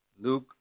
Luke